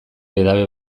edabe